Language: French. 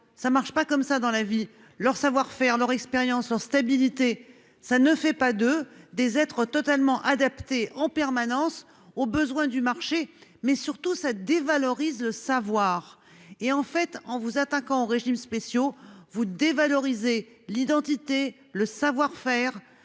ne marche pas ainsi dans la vie. Leur savoir-faire, leur expérience, leur stabilité ne font pas d'eux des êtres totalement adaptés en permanence aux besoins du marché. En fait, en vous attaquant aux régimes spéciaux, vous dévalorisez l'identité, le savoir-faire